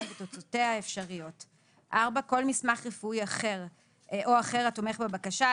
ותוצאותיה האפשריות; כל מסמך רפואי או אחר התומך בבקשה,